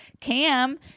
cam